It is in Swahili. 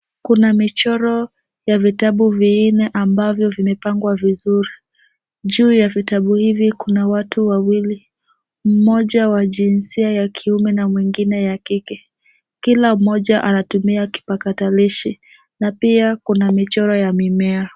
Kuna michoro ya vitabu vinne ambavyo vimepangwa vizuri. Juu ya vitabu hivi kuna watu wawili, mmoja wa jinsia ya kiume na mwingine wa kike. Kila mmoja anatumia kipakatalishi na pia kuna michoro ya mimea.